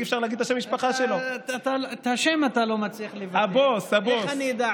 את השם אתה לא מצליח לבטא, אז איך אני אדע?